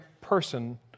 person